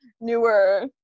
newer